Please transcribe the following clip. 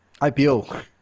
IPO